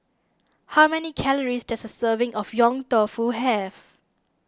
how many calories does a serving of Yong Tau Foo have